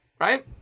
right